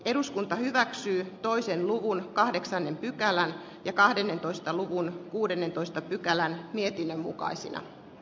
eduskunta hyväksyy toisen lukuun kahdeksannen pykälän kahdennentoista luvun kuudennentoista pykälän arvoisa puhemies